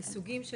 וסוגים.